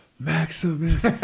Maximus